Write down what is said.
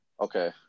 Okay